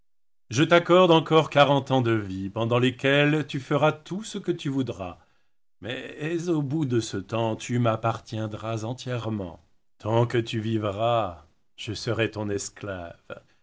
je t'accorde encore quarante ans de vie pendant lesquels tu feras tout ce que tu voudras mais au bout de ce tems tu m'appartiendras entièrement tant que tu vivras je serai ton esclave